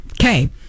Okay